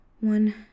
One